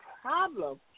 problem